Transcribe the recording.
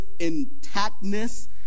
intactness